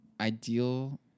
ideal